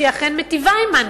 שהיא אכן מיטיבה עמנו.